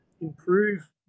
improve